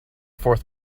fourth